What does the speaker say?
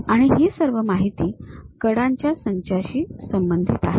आणि ही सर्व माहिती कडांच्या संचाशी संबंधित आहे